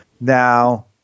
Now